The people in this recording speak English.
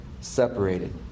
separated